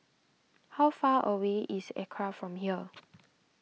how far away is Acra from here